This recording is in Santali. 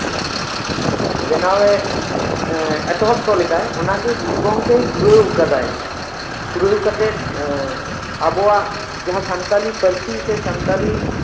ᱵᱮᱱᱟᱣᱞᱮᱫ ᱮᱛᱚᱦᱚᱵ ᱦᱚᱴᱚ ᱞᱮᱫᱟ ᱚᱱᱟᱜᱮ ᱜᱩᱨᱩ ᱜᱚᱝᱠᱮᱭ ᱯᱩᱨᱟᱹᱣ ᱠᱟᱫᱟᱭ ᱯᱩᱨᱟᱹᱣ ᱠᱟᱛᱮ ᱟᱵᱚᱣᱟᱜ ᱡᱟᱦᱟᱸ ᱥᱟᱱᱛᱟᱞᱤ ᱯᱟᱹᱨᱥᱤ ᱥᱮ ᱥᱟᱱᱛᱟᱞᱤ